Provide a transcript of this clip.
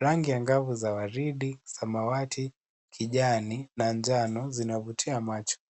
Rangi angavu za waridi, samawati , kijani na njano zinavutia macho.